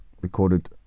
recorded